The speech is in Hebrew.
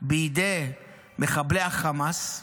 בידי מחבלי חמאס,